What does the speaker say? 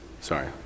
Sorry